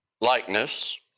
likeness